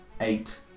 Eight